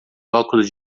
óculos